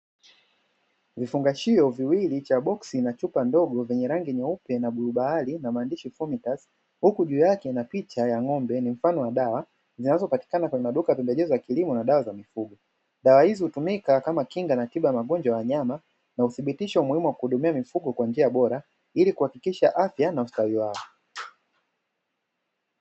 Vifungashio viwili cha boski na chupa ndogo chenye rangi nyeupe na bluu bahari maaandishi fomitasi , huku juu yake na picha ya ngombe mfano wa dawa , zinazopatikana kwenye maduka ha pembejeo na dawa za mifugo, dawa hizo hutumika kama Kinga na tiba za magonjwa ya wanyama , na udhibitisha muhimu kuhudumia mifugo kwa njia bora , ili kuhakikisha afya na ustawi wao .